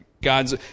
God's